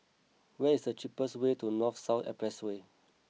what is the cheapest way to North South Expressway